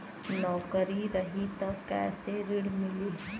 नौकरी रही त कैसे ऋण मिली?